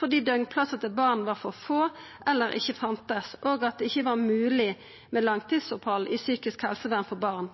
fordi døgnplassene til barn var få eller ikke fantes, og at det ikke var «mulig» med langtidsopphold i psykisk helsevern for barn.